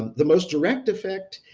the most direct effect,